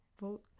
vote